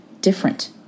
different